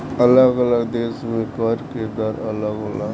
अलग अलग देश में कर के दर अलग होला